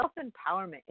Self-empowerment